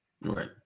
Right